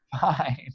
fine